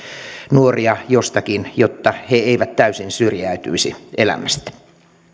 nuoria jostakin jotta he eivät täysin syrjäytyisi elämästä